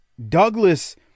Douglas